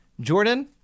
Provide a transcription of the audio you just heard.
Jordan